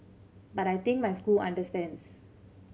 but I think my school understands